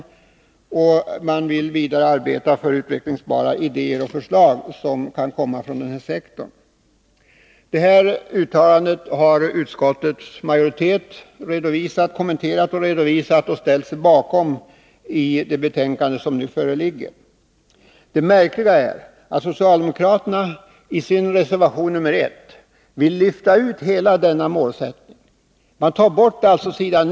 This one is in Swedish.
Det gäller vidare att arbeta för att utvecklingsbara idéer och förslag kan komma från den här sektorn. Det här uttalandet har utskottsmajoriteten redovisat och ställt sig bakom i det betänkande som nu föreligger. Det märkliga är att socialdemokraterna i sin reservation nr 1 vill lyfta ut hela denna målsättning. Man vill alltså ta bort s.